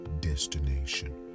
destination